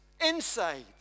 inside